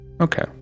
Okay